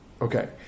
Okay